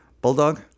bulldog